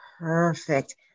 perfect